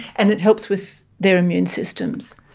and it helps with their immune systems?